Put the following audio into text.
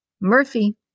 Murphy